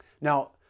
Now